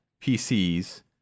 PCs